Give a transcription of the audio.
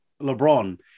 LeBron